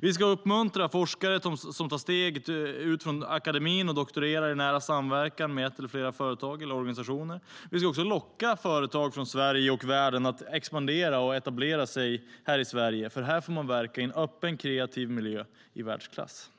Vi ska uppmuntra forskare som tar steget ut från akademin och doktorerar i nära samverkan med ett eller flera företag eller organisationer. Vi ska också locka företag från Sverige och världen att expandera och etablera sig här i Sverige eftersom man här får verka i en öppen och kreativ miljö i världsklass.